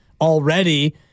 already